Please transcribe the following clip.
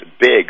big